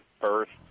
first